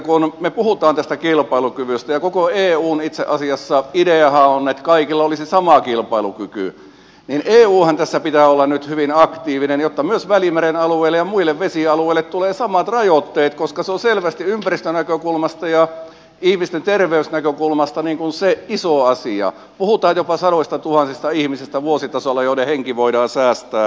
kun me puhumme tästä kilpailukyvystä ja koko eun ideahan itse asiassa on että kaikilla olisi sama kilpailukyky niin eunhan tässä pitää olla nyt hyvin aktiivinen jotta myös välimeren alueelle ja muille vesialueille tulevat samat rajoitteet koska se on selvästi ympäristönäkökulmasta ja ihmisten terveysnäkökulmasta se iso asia puhutaan jopa sadoistatuhansista ihmisistä vuositasolla joiden henki voidaan säästää